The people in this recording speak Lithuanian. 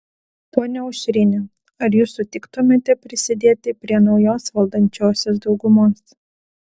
ponia aušrine ar jūs sutiktumėte prisidėti prie naujos valdančiosios daugumos